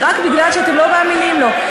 זה רק מפני שאתם לא מאמינים בו.